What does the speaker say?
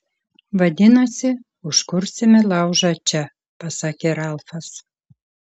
vadinasi užkursime laužą čia pasakė ralfas